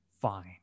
fine